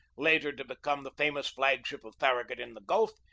later to become the famous flag ship of farragut in the gulf,